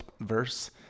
verse